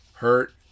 Hurt